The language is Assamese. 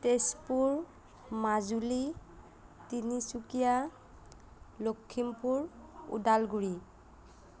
তেজপুৰ মাজুলী তিনিচুকীয়া লখিমপুৰ উদালগুৰি